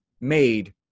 made